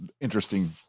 interesting